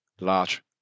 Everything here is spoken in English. large